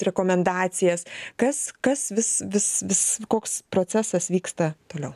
rekomendacijas kas kas vis vis vis koks procesas vyksta toliau